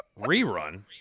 Rerun